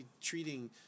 treating